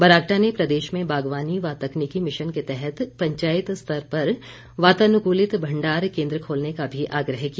बरागटा ने प्रदेश में बागवानी व तकनीकी मिशन के तहत पंचायत स्तर पर वातानुकूलित भण्डार केन्द्र खोलने का भी आग्रह किया